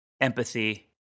empathy